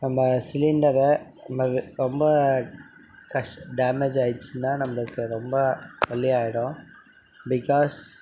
நம்ம சிலிண்டரை நம்ம ரொம்ப கஷ் டேமேஜ் ஆகிடுச்சினா நம்மளுக்கு ரொம்ப கவலையாகிடும் பிகாஸ்